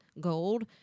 gold